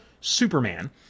Superman